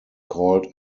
called